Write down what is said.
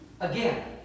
again